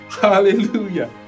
hallelujah